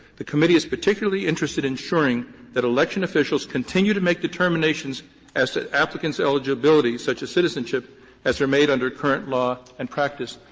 the committee is particularly interested in ensuring that election officials continue to make determinations as to applicants' eligibility such as citizenship as they're made under current law and practice.